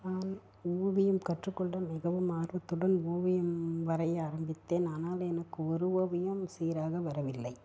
நான் ஓவியம் கற்றுக்கொள்ள மிகவும் ஆர்வத்துடன் ஓவியம் வரைய ஆரம்பித்தேன் ஆனால் எனக்கு ஒரு ஓவியம் சீராக வரவில்லை